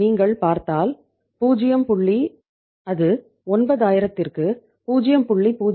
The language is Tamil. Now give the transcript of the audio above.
நீங்கள் பார்த்தல் பூஜ்ஜியம் புள்ளி அது 9000திற்கு 0